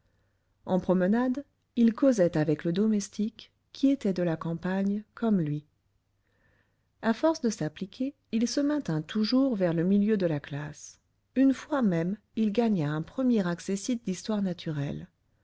en promenade il causait avec le domestique qui était de la campagne comme lui à force de s'appliquer il se maintint toujours vers le milieu de la classe une fois même il gagna un premier accessit d'histoire naturelle